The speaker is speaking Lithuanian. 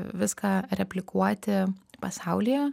viską replikuoti pasaulyje